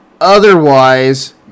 Otherwise